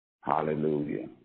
Hallelujah